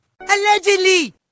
allegedly